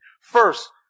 First